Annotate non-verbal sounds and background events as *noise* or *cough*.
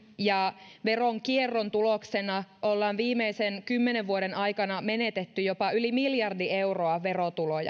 ja veronkierron tuloksena ollaan viimeisen kymmenen vuoden aikana menetetty jopa yli miljardi euroa verotuloja *unintelligible*